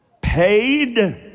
paid